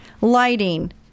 lighting